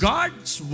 God's